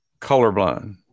colorblind